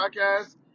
Podcast